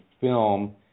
film